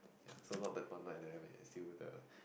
so what the not like I never assume the